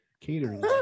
catering